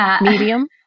medium